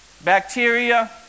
bacteria